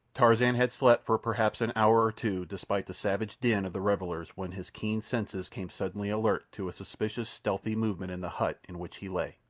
tarzan had slept for perhaps an hour or two despite the savage din of the revellers when his keen senses came suddenly alert to a suspiciously stealthy movement in the hut in which he lay.